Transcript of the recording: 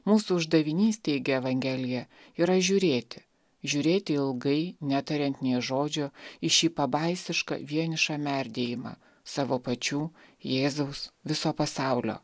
mūsų uždavinys teigia evangelija yra žiūrėti žiūrėti ilgai netariant nė žodžio į šį pabaisišką vienišą merdėjimą savo pačių jėzaus viso pasaulio